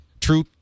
true